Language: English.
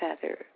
feather